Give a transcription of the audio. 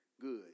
good